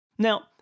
Now